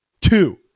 Two